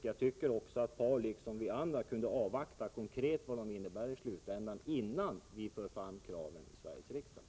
Jag tycker också att Paul Lestander, liksom vi andra, kunde avvakta konkret vad diskussionerna leder till i slutändan, innan vi för fram kraven i Sveriges riksdag.